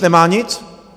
Nemá nic.